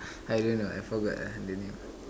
I don't know I forgot ah the name